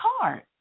card